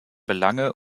belange